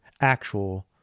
actual